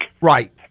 right